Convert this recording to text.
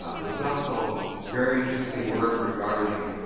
ah there was also very interesting work regarding